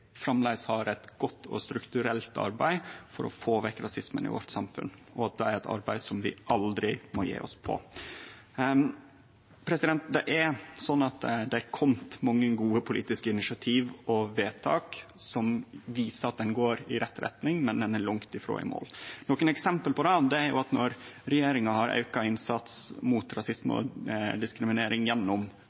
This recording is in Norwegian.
framleis har eit godt og strukturelt arbeid for å få vekk rasismen i samfunnet vårt, og at det er eit arbeid som vi aldri må gje oss på. Det har kome mange gode politiske initiativ og vedtak som viser at ein går i rett retning, men ein er langt frå i mål. Nokre eksempel på det er at regjeringa har auka innsatsen mot rasisme og diskriminering gjennom